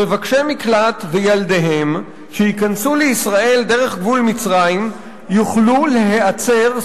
מבקשי מקלט וילדיהם שייכנסו לישראל דרך גבול מצרים יוכלו להיעצר,